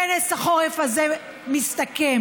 כנס החורף הזה מסתכם,